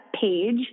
page